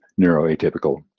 neuroatypical